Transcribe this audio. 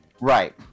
Right